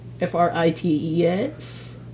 F-R-I-T-E-S